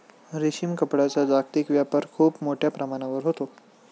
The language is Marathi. रेशीम कापडाचा जागतिक व्यापार खूप मोठ्या प्रमाणावर होतो